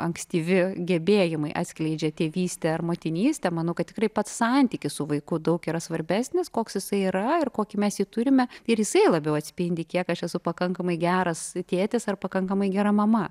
ankstyvi gebėjimai atskleidžia tėvystę ar motinystę manau kad tikrai pats santykis su vaiku daug yra svarbesnis koks jisai yra ir kokį mes jį turime ir jisai labiau atspindi kiek aš esu pakankamai geras tėtis ar pakankamai gera mama